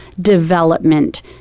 development